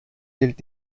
gilt